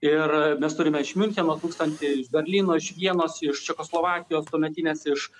ir mes turime iš miuncheno tūkstantį ir iš berlyno iš vienos iš čekoslovakijos tuometinės iš